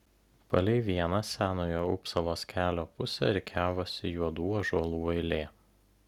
palei vieną senojo upsalos kelio pusę rikiavosi juodų ąžuolų eilė